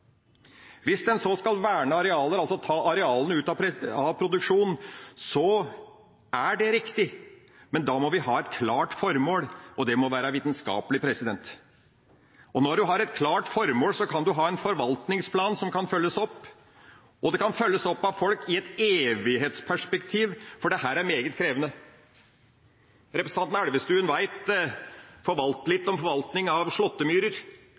Hvis en så skal verne arealer, er det riktig å ta arealene ut av produksjon, men da må vi ha et klart formål, og det må være vitenskapelig. Og når man har et klart formål, kan man ha en forvaltningsplan som kan følges opp, og det kan følges opp av folk i et evighetsperspektiv, for dette er meget krevende. Representanten Elvestuen vet litt om forvaltning av slåttemyrer